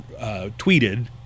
tweeted